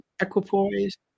equipoise